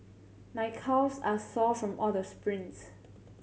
my calves are sore from all the sprints